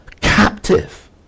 captive